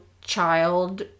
child